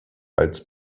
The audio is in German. als